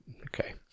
Okay